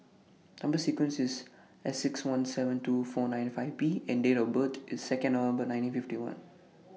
Number sequence IS S six one seven two four nine five B and Date of birth IS Second November nineteen fifty one